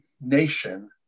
nation